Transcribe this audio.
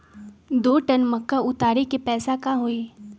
दो टन मक्का उतारे के पैसा का होई?